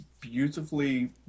beautifully